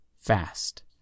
fast